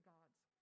God's